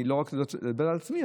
אני לא רוצה לדבר על עצמי,